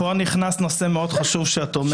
אז פה נכנס נושא מאוד חשוב שאת אומרת,